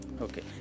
Okay